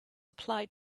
applied